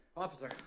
Officer